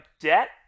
debt